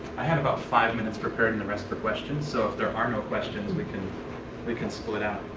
i have about five minutes prepared and the rest for questions, so if there are no questions, we can we can split out.